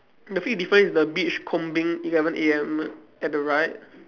the fifth difference is the beach combing eleven A_M at the right